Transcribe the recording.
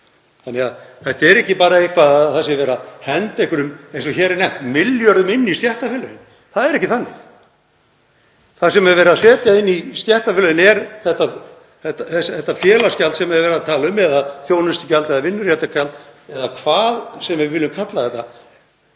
Það er því ekki bara verið að henda einhverjum, eins og hér er nefnt, milljörðum inn í stéttarfélögin. Það er ekki þannig. Það sem er verið að setja inn í stéttarfélögin er þetta félagsgjald sem er verið að tala um, eða þjónustugjald eða vinnuréttargjald eða hvað sem við viljum kalla þetta.